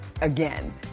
again